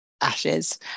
ashes